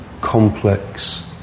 complex